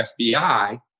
FBI